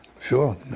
Sure